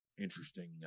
interesting